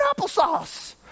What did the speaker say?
applesauce